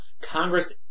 Congress